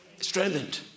strengthened